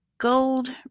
Gold